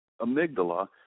amygdala